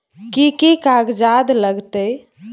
कि कि कागजात लागतै?